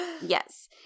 Yes